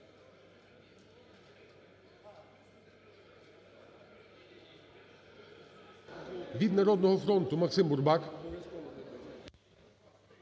Від "Народного фронту" Максим Бурбак.